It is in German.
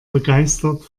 begeistert